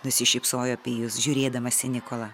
nusišypsojo pijus žiūrėdamas į nikolą